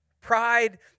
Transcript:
Pride